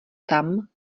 tam